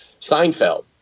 Seinfeld